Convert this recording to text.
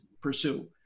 pursue